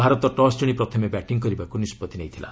Bharat toss ଜିଣି ପ୍ରଥମେ batting କରିବାକୁ ନିଷ୍ପଭି ନେଇଥିଲା